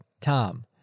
Tom